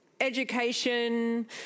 education